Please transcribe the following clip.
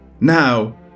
Now